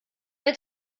mit